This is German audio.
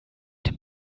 dem